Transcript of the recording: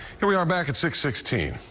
here we are back at six sixteen.